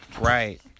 right